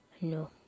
No